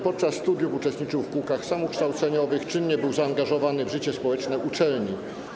Podczas studiów uczestniczył w kółkach samokształceniowych, czynnie był zaangażowany w życie społeczne uczelni.